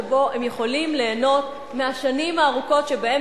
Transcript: שבו הם יכולים ליהנות מהשנים הארוכות שבהן